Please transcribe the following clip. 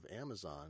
Amazon